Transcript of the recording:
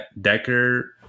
Decker